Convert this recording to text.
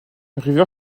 river